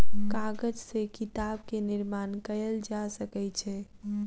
कागज से किताब के निर्माण कयल जा सकै छै